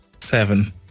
Seven